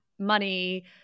money